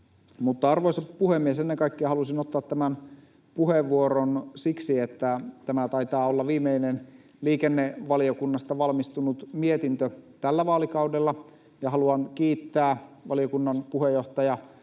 Arvoisa puhemies! Ennen kaikkea halusin ottaa tämän puheenvuoron siksi, että tämä taitaa olla viimeinen liikennevaliokunnasta valmistunut mietintö tällä vaalikaudella. Haluan kiittää valiokunnan puheenjohtaja